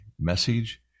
message